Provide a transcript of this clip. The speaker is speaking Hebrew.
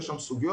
יש שם סוגיות.